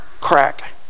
crack